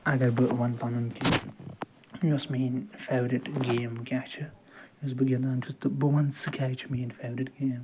اگر بہٕ وَنہٕ پنُن کہِ یۄس میٲنۍ فٮ۪ورِٹ گیم کیٛاہ چھِ یۄس بہٕ گِنٛدان چھُس تہٕ بہٕ ون سُہ کیٛازِ چھِ میٲنۍ فٮ۪ورِٹ گیم